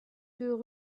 deux